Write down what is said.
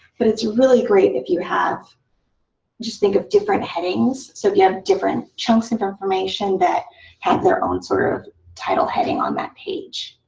but it's really great if you have just think of different headings. so if you have different chunks of information that have their own sort of title heading on that page.